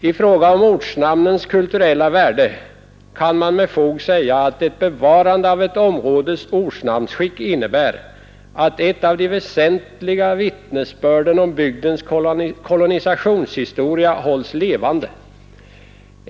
I fråga om ortnamnens kulturella värde kan man med fog säga att ett bevarande av ett områdes ortnamnsskick innebär att ett av de väsentliga vittnesbörden om bygdens kolonisationshistoria hålls levande.